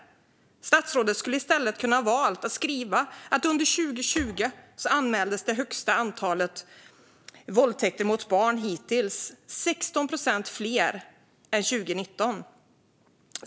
Statsrådet hade i stället kunnat välja att ta upp att under 2020 anmäldes det högsta antalet våldtäkter mot barn hittills, 16 procent fler än 2019.